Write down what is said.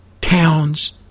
towns